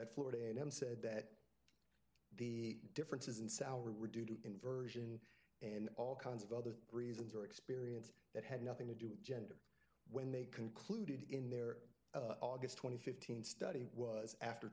that florida a and m said that the differences in salary were due to conversion and all kinds of other reasons or experience that had nothing to do with gender when they concluded in their aug twenty fifteen study was after